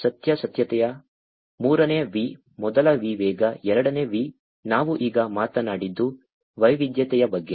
ಸತ್ಯಾಸತ್ಯತೆ ಮೂರನೇ V ಮೊದಲ V ವೇಗ ಎರಡನೇ V ನಾವು ಈಗ ಮಾತನಾಡಿದ್ದು ವೈವಿಧ್ಯತೆಯ ಬಗ್ಗೆ